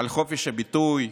על חופש הביטוי,